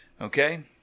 Okay